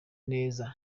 neza